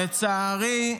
לצערי,